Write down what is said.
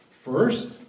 First